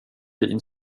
din